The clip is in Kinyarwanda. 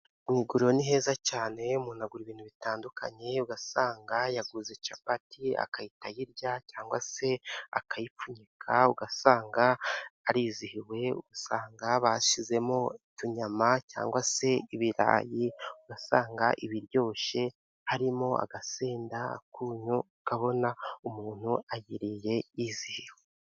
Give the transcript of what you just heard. Mu iguriro ni heza cyane umuntu agura ibintu bitandukanye ugasanga yaguze capati ye agahita ayirya cyangwa se akayipfunyika ugasanga arizihiwe, ugasanga bashyizemo utunyama, cyangwa se ibirayi ugasanga iba iryoshye harimo agasenda, akunyu, ukabona umuntu ayiriye yizihiwe.